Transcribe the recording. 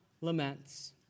laments